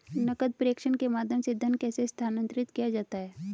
नकद प्रेषण के माध्यम से धन कैसे स्थानांतरित किया जाता है?